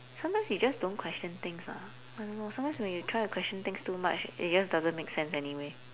sometimes you just don't question things ah I don't know sometimes when you try to question things too much it just doesn't make sense anyway